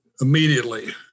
immediately